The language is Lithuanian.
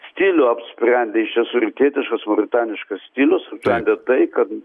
stilių apsprendė jis čia su rytietiškas mauritaniškas stilius apsprendė tai kad